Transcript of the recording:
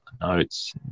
notes